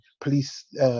police